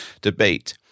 debate